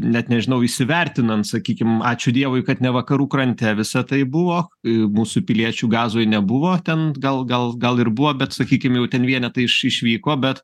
net nežinau įsivertinant sakykim ačiū dievui kad ne vakarų krante visa tai buvo mūsų piliečių gazoj nebuvo ten gal gal gal ir buvo bet sakykim jau ten vienetai iš išvyko bet